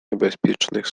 niebezpiecznych